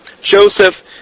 Joseph